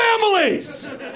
families